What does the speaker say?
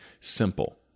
simple